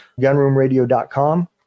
gunroomradio.com